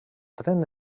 tren